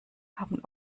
haben